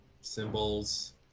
symbols